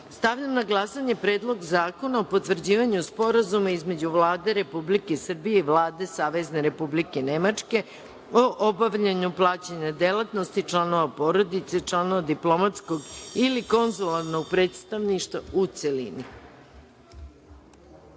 zakona. Stavljam na glasanje Predlog zakona o potvrđivanju Sporazuma između Vlade Republike Srbije i Vlade Savezne Republike Nemačke o obavljanju plaćene delatnosti članova porodice članova diplomatskog ili konzularnog predstavništva, u